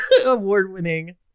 award-winning